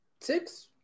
Six